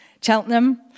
Cheltenham